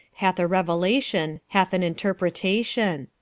hath a revelation, hath an interpretation.